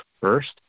first